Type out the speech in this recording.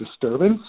disturbance